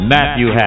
Matthew